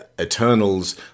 Eternals